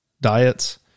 diets